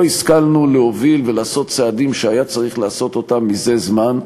לא השכלנו להוביל ולעשות צעדים שהיה צריך לעשות מזה זמן.